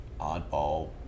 oddball